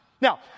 Now